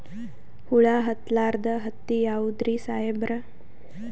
ಹುಳ ಹತ್ತಲಾರ್ದ ಹತ್ತಿ ಯಾವುದ್ರಿ ಸಾಹೇಬರ?